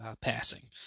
passing